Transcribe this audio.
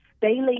daily